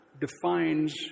defines